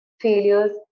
failures